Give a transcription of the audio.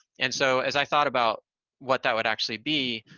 and so, as i thought about what that would actually be,